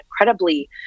incredibly